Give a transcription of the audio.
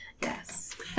Yes